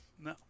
No